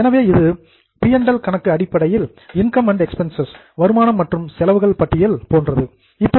எனவே இது பி மற்றும் எல் கணக்கு அடிப்படையில் இன்கம்ஸ் அண்ட் எக்ஸ்பென்ஸ் வருமானம் மற்றும் செலவுகள் பட்டியல் போன்றது ஆகும்